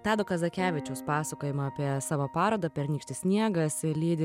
tado kazakevičiaus pasakojimą apie savo parodą pernykštis sniegas lydi